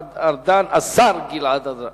השר גלעד ארדן.